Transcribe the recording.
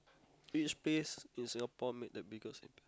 which place in Singapore made the biggest impression